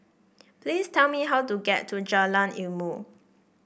please tell me how to get to Jalan Ilmu